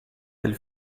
del